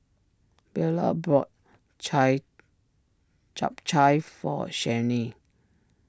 Beula bought Chai Chap Chai for Shianne